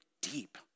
deep